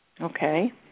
Okay